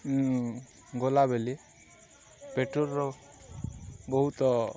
ଗଲାବେଳେ ପେଟ୍ରୋଲର ବହୁତ